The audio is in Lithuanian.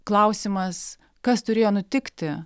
klausimas kas turėjo nutikti